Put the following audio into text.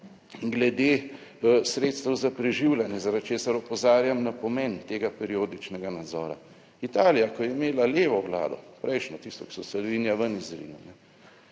glede sredstev za preživljanje, zaradi česar opozarjam na pomen tega periodičnega nadzora. Italija, ko je imela levo vlado, prejšnjo, tisto, ki so Salvinija ven izrinili,